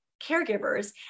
caregivers